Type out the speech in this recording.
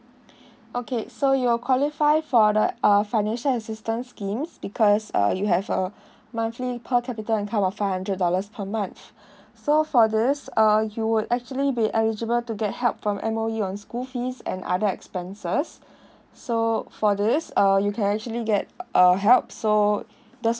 okay so you'll qualify for the uh financial assistance schemes because uh you have a monthly per capita income of five hundred dollars per month so for this uh you would actually be eligible to get help from M_O_E on school fees and other expenses so for this uh you can actually get uh help so the